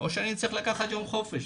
או שאני צריך לקחת יום חופשה.